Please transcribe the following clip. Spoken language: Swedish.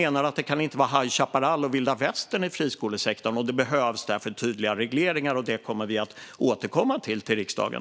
Men det kan inte vara High Chaparral och vilda västern i friskolesektorn. Det behövs därför tydliga regleringar. Det kommer vi att återkomma med till riksdagen.